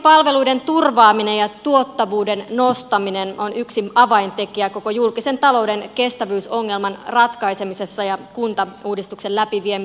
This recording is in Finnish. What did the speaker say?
hyvinvointipalveluiden turvaaminen ja tuottavuuden nostaminen on yksi avaintekijä koko julkisen talouden kestävyysongelman ratkaisemisessa ja kuntauudistuksen läpiviemisessä